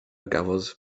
gafodd